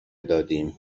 دادیم